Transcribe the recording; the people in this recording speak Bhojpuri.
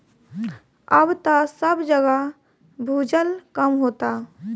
अब त सब जगह भूजल कम होता